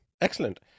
Excellent